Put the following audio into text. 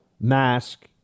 mask